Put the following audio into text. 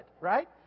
right